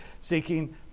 seeking